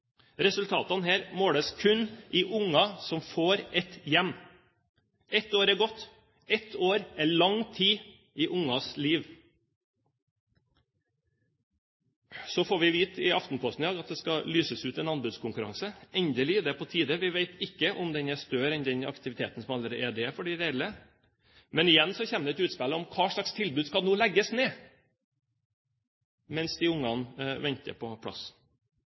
Resultatene her måles kun i unger som får et hjem! Ett år er gått. Ett år er lang tid i ungers liv. Så får vi vite i Aftenposten i dag at det skal lyses ut en anbudskonkurranse. Endelig – det er på tide! Vi vet ikke om den er større enn den aktiviteten som allerede er for de ideelle aktørene. Men igjen kommer det et utspill om hva slags tilbud som nå skal legges ned, mens disse ungene venter på plass.